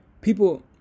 people